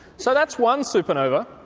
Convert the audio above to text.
so that's one supernova.